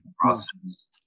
process